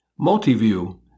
Multiview